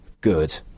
good